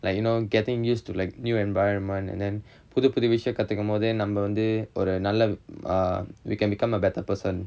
like you know getting used to like new environment and then புதுப்புது விசயம் கத்துக்கும் போது நம்ம வந்து ஒரு நல்ல:puthupputhu visayam kathukkum pothu namma vanthu oru uh we can become a better person